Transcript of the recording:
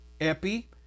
epi